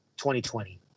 2020